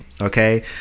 Okay